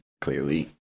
clearly